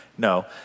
No